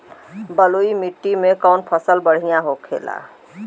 बलुई मिट्टी में कौन फसल बढ़ियां होखे ला?